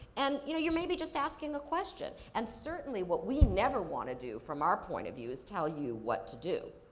and, you know, you're maybe just asking a question. and, certainly what we never want to do from our point of view, is tell you what to do.